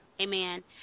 amen